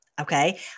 okay